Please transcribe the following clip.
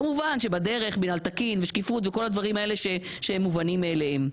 כמובן שבדרך מינהל תקין ושקיפות וכל הדברים האלה שהם מובנים מאליהם.